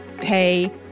pay